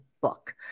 book